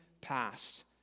past